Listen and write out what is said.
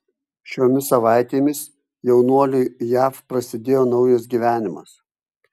šiomis savaitėmis jaunuoliui jav prasidėjo naujas gyvenimas